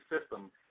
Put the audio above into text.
system